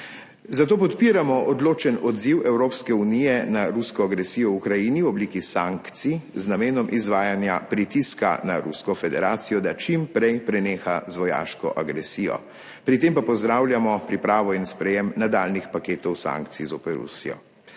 Zato podpiramo odločen odziv Evropske unije na rusko agresijo v Ukrajini v obliki sankcij, z namenom izvajanja pritiska na Rusko federacijo, da čim prej preneha z vojaško agresijo. Pri tem pa pozdravljamo pripravo in sprejem nadaljnjih paketov sankcij zoper Rusijo.